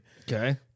Okay